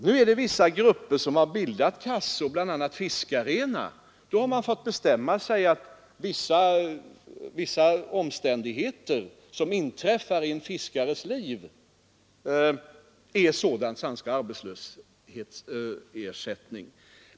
Det finns vissa grupper av företagare som har bildat kassor, bl.a. fiskare. Man har då fått bestämma sig för att vissa omständigheter som inträffar i en fiskares liv berättigar till arbetslöshetsersättning.